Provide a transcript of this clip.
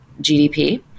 GDP